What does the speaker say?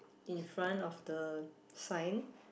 in front of the sign